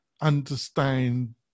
understand